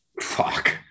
fuck